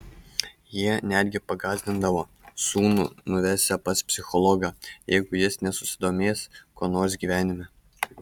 jie netgi pagąsdindavo sūnų nuvesią pas psichologą jeigu jis nesusidomės kuo nors gyvenime